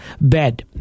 bed